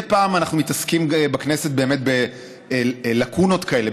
מדי פעם אנחנו מתעסקים בכנסת בלקונות כאלה,